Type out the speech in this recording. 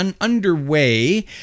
underway